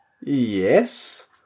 Yes